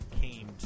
came